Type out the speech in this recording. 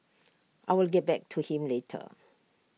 I will get back to him later